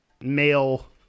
male